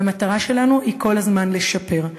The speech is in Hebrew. והמטרה שלנו היא כל הזמן לשפר.